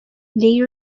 lay